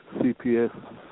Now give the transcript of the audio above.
CPS